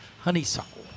honeysuckle